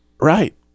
Right